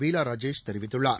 பீலா ராஜேஷ் தெரிவித்துள்ளார்